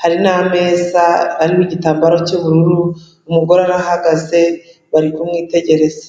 hari n'ameza ariho igitambaro cy'ubururu, umugore arahagaze bari kumwitegereza.